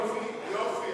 יופי, יופי.